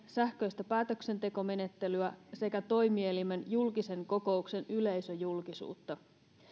sähköistä päätöksentekomenettelyä sekä toimielimen julkisen kokouksen yleisöjulkisuutta